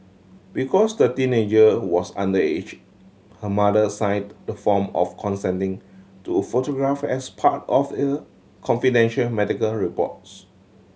because the teenager was underage her mother signed the form of consenting to photograph as part of confidential medical reports